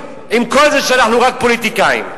עם כל זה שאנחנו רק פוליטיקאים.